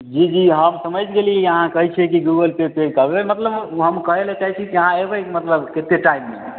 जी जी हम समझि गेली आहाँ कहै छियै की गूगल पे पेड करबै मतलब हम कहै लए चाहै छी कि जे अहाँ एबै मतलब केत्ते टाइममे